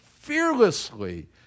fearlessly